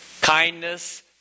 kindness